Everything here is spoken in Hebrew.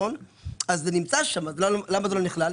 למה זה לא נכלל?